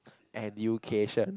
education